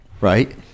right